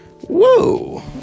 whoa